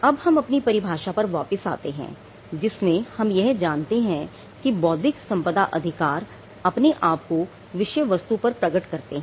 अब हम अपनी परिभाषा पर वापस आते हैं जिसमें हम यह जानते हैं कि बौद्धिक संपदा अधिकार अपने आप को विषय वस्तु पर प्रकट करते हैं